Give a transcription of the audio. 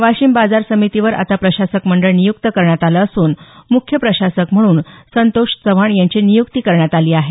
वाशिम बाजार समितीवर आता प्रशासक मंडळ नियुक्त करण्यात आलं असून मुख्य प्रशासक म्हणून संतोष चव्हाण यांची नियुक्ती करण्यात आली आहे